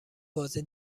بازی